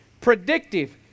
predictive